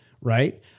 Right